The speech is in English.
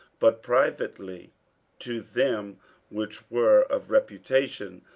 but privately to them which were of reputation,